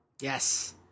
Yes